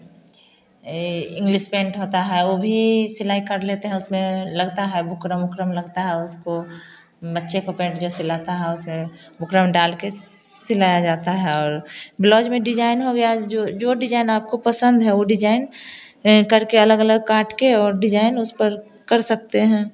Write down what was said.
English pant होता है वह भी सिलाई कर लेते हैं उसमें लगता है बुकरम उकरम लगता है उसको बच्चे को पैंट जो सिलाता है उसमें बुकरम डाल कर सिलाया जाता है और ब्लाउज में डिजाईन हो गया जो जो डिजाईन आपको पसंद है वह डिजाईन यह करके अलग अलग काट कर और डिजाईन उस पर कर सकते हैं